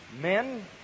Men